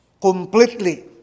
completely